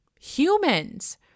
humans